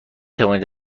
توانید